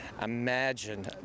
imagine